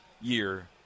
year